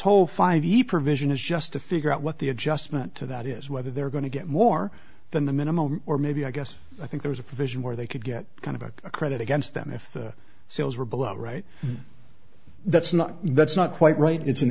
whole five eve provision is just to figure out what the adjustment to that is whether they're going to get more than the minimum or maybe i guess i think there is a provision where they could get kind of a credit against them if the sales were below right that's not that's not quite right it's an